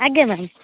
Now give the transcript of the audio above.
ଆଜ୍ଞା ମ୍ୟାମ